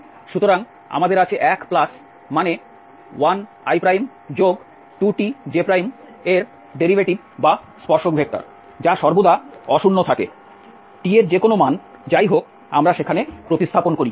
সুতরাং আমাদের আছে 1 প্লাস মানে 1i2t j এর ডেরিভেটিভ বা স্পর্শক ভেক্টর যা সর্বদা অ শূন্য থাকে t এর যে কোনও মান যাই আমরা সেখানে প্রতিস্থাপন করি